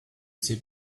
sais